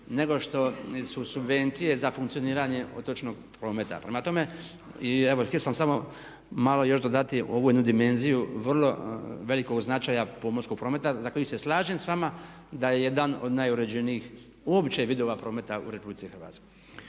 nego što su subvencije za funkcioniranje otočnog prometa. Prema tome evo htio sam samo još dodatnije ovu jednu dimenziju vrlo velikog značaja pomorskog prometa za koju se slažem s vama da je jedan od najuređenijih uopće vidova prometa u RH.